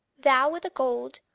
thou with the gold,